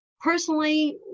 personally